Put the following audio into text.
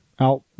Out